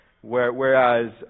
Whereas